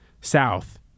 south